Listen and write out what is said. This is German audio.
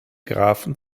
grafen